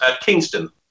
Kingston